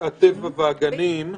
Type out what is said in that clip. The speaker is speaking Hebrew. הטבע והגנים.